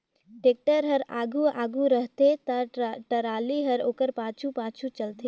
tractor हर आघु आघु रहथे ता टराली हर ओकर पाछू पाछु चलथे